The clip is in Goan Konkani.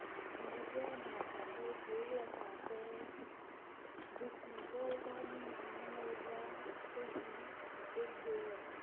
हे जे भारतांतले एक देवूळ आसा तें विष्णूचो अवतार म्हण नामाना मेळिल्ल्या पैकी एक देवूळ आसा